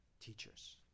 teachers